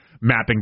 mapping